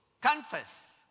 confess